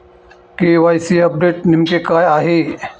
KYC update नेमके काय आहे?